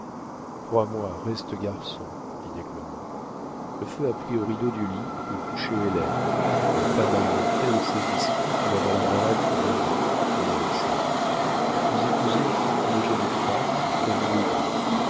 crois-moi reste garçon dit d'aiglemont le feu a pris aux rideaux du lit où couchait hélène ma femme a eu un tel saisissement que la voilà malade pour un an dit le médecin vous épousez une jolie femme elle enlaidit